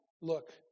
look